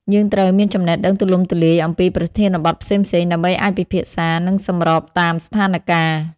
យើងត្រូវមានចំណេះដឹងទូលំទូលាយអំពីប្រធានបទផ្សេងៗ ដើម្បីអាចពិភាក្សា និងសម្របតាមស្ថានការណ៍។